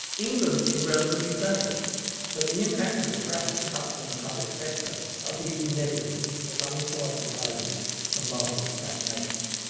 england seemed relatively sane but the impact of the drastic cuts in the public sector are deeply negative as unemployment rises and ah markets stagnate.